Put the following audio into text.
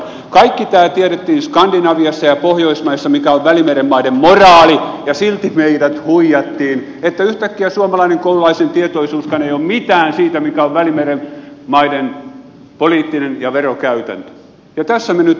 kaikki tämä tiedettiin skandinaviassa ja pohjoismaissa mikä on välimeren maiden moraali ja silti meidät huijattiin niin että yhtäkkiä suomalaisen koululaisen tietoisuuskaan ei ole mitään siitä mikä on välimeren maiden poliittinen ja verokäytäntö ja tässä me nyt olemme